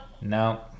No